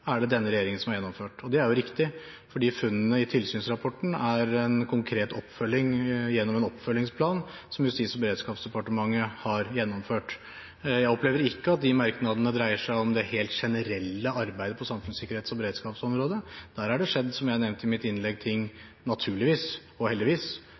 er det denne regjeringen som har gjennomført. Det er jo riktig, for funnene i tilsynsrapporten er en konkret oppfølging gjennom en oppfølgingsplan som Justis- og beredskapsdepartementet har gjennomført. Jeg opplever ikke at de merknadene dreier seg om det helt generelle arbeidet på samfunnssikkerhets- og beredskapsområdet. Der har det, som jeg nevnte i mitt innlegg – naturligvis og heldigvis